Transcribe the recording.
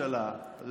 אדוני היושב-ראש,